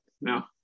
no